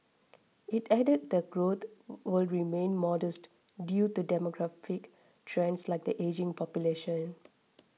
it added that growth were remain modest due to demographic trends like the ageing population